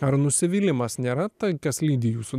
ar nusivylimas nėra tai kas lydi jūsų